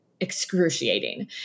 excruciating